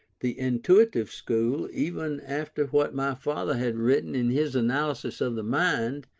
the intuitive school, even after what my father had written in his analysis of the mind,